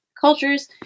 cultures